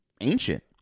ancient